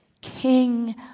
King